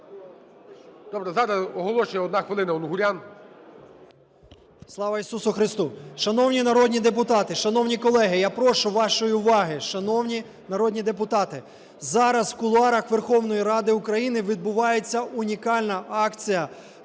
Добре, зараз оголошення. Одна хвилина - Унгурян. 11:59:51 УНГУРЯН П.Я. Слава Ісусу Христу! Шановні народні депутати, шановні колеги, я прошу вашої уваги. Шановні народні депутати, зараз в кулуарах Верховної Ради України відбувається унікальна акція